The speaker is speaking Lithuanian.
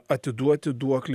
atiduoti duoklę